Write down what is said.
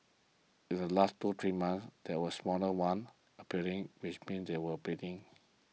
in the last two three months there was smaller one appearing which means they are breeding